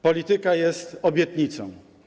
Polityka jest obietnicą.